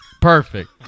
Perfect